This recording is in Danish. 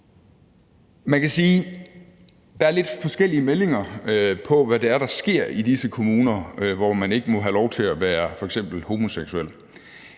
Man kan sige, at der er lidt forskellige meldinger om, hvad det er, der sker i disse kommuner, hvor man ikke må have lov til at være f.eks. homoseksuel.